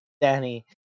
Danny